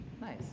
Nice